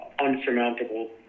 unsurmountable